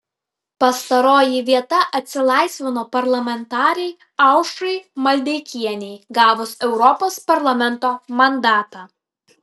pastaroji vieta atsilaisvino parlamentarei aušrai maldeikienei gavus europos parlamento mandatą